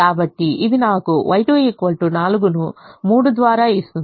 కాబట్టి ఇది నాకు Y2 4 ను 3 ద్వారా ఇస్తుంది